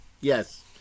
Yes